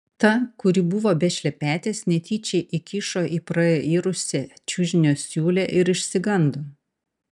tą kuri buvo be šlepetės netyčia įkišo į prairusią čiužinio siūlę ir išsigando